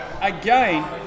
Again